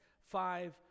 five